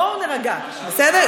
בואו נירגע, בסדר?